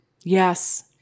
Yes